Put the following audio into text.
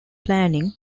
planning